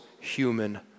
human